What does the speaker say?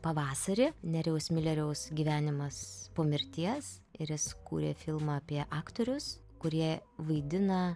pavasarį nerijaus mileriaus gyvenimas po mirties ir jis kūrė filmą apie aktorius kurie vaidina